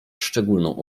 szczególną